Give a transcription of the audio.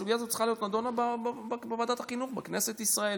הסוגיה הזאת צריכה להיות נדונה בוועדת החינוך בכנסת ישראל.